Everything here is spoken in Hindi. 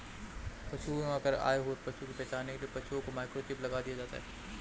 पशु बीमा कर आए हुए पशु की पहचान के लिए पशुओं में माइक्रोचिप लगा दिया जाता है